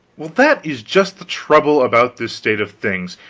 well, that is just the trouble about this state of things,